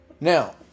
Now